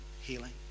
healing